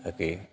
ताकी